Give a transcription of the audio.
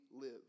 live